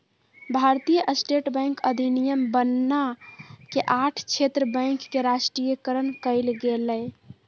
भारतीय state bank अधिनियम बनना के आठ क्षेत्र बैंक के राष्ट्रीयकरण कइल गेलय